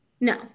No